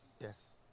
yes